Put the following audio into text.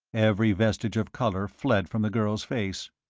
every vestige of colour fled from the girl's face.